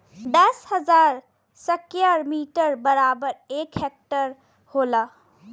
दस हजार square metre बराबर एक हेक्टेयर होला